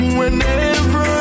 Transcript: whenever